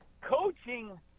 coaching –